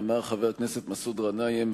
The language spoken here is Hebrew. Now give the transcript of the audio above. אמר חבר הכנסת מסעוד גנאים,